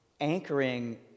anchoring